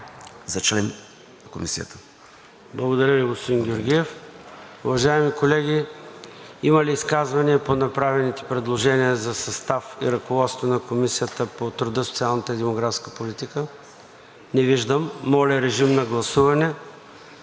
ЙОРДАН ЦОНЕВ: Благодаря Ви, господин Георгиев. Уважаеми колеги, има ли изказвания по направените предложения за състав и ръководство на Комисията по труда, социалната и демографската политика? Не виждам. Моля, режим на гласуване